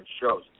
shows